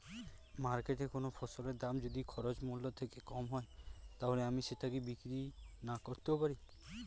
মার্কেটৈ কোন ফসলের দাম যদি খরচ মূল্য থেকে কম হয় তাহলে আমি সেটা কি বিক্রি নাকরতেও পারি?